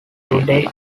today